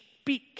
speak